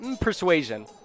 Persuasion